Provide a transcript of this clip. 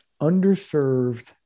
underserved